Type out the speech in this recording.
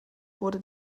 wurde